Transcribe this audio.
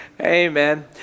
Amen